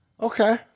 okay